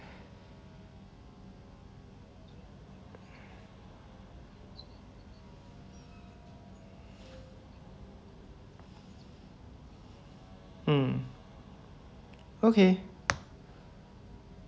mm okay